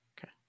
okay